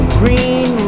green